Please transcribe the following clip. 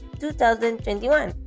2021